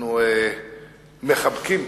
אנחנו מחבקים,